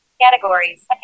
Categories